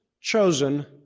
chosen